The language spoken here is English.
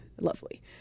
lovely